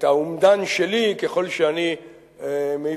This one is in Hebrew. את האומדן שלי, ככל שאני מבין.